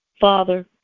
Father